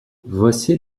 voici